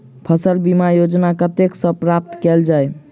फसल बीमा योजना कतह सऽ प्राप्त कैल जाए?